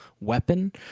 weapon